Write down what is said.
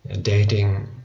dating